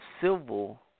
civil